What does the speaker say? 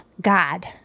God